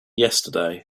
yesterday